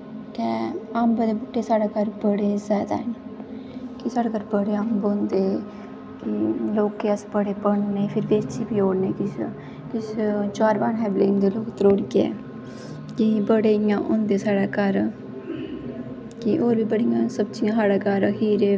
इत्थै अम्बें दे बूह्टे साढ़े घर बड़े जैदा न कि साढ़ै घर बड़े अम्ब होंदे लोकें गी अस बड़े बंडने फिर बेची बी ओड़ने किश कुछ चा'र पाने आस्तै लेई जंदे लोक त्रोड़ियै बड़े इ'यां होंदे साढ़ै घर होर कि होर बी बड़ियां सब्जियां साढ़े घर खीरे